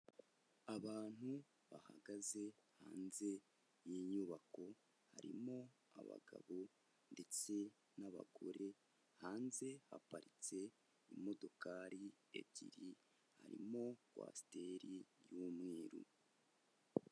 Abantu bahagaze hanze y'inyubako, harimo abagabo ndetse n'abagore, hanze haparitse imodokari ebyiri harimo kwasiteri y'umweru.